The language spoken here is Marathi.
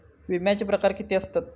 विमाचे प्रकार किती असतत?